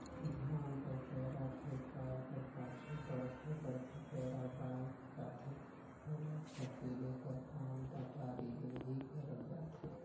धान कर पैरा फेकाए कर पाछू बड़खा बड़खा पैरा बाएच जाथे ओला सकेले कर काम दँतारी ले ही करल जाथे